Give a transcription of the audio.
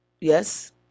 yes